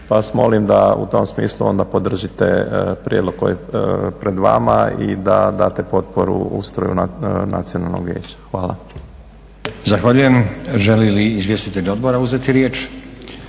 vas molim da u tom smislu onda podržite prijedlog koji je pred vama i da date potporu ustroju nacionalnog vijeća. Hvala. **Stazić, Nenad (SDP)** Zahvaljujem. Žele li izvjestitelji odbora uzeti riječ?